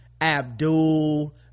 Abdul